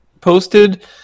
posted